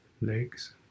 legs